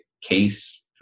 case